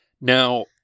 Now